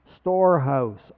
storehouse